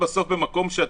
פה